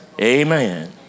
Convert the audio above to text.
Amen